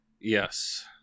Yes